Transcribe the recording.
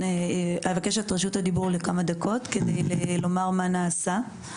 אבקש את רשות הדיבור לכמה דקות כדי לומר מה נעשה,